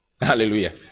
Hallelujah